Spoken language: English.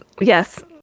yes